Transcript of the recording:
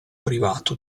privato